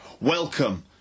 Welcome